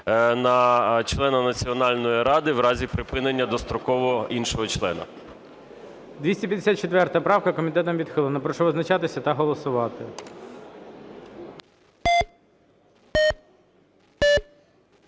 на члена Національної ради в разі припинення достроково іншого члена.